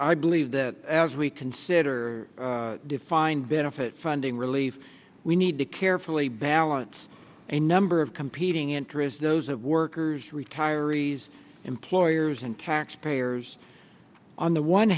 i believe that as we consider defined benefit funding relief we need to carefully balance a number of competing interests those of workers retirees employers and taxpayers on the one